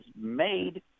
made